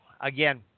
again